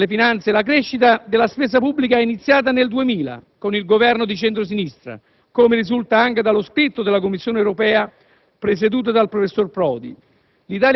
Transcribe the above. delle finanze - la crescita della spesa pubblica è iniziata nel 2000 con il Governo di centro-sinistra. Come risulta anche dallo scritto della Commissione europea, presieduta dal professor Prodi,